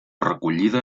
recollida